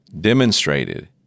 demonstrated